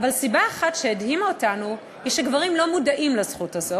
אבל סיבה אחת שהדהימה אותנו היא שגברים לא מודעים לזכות הזו,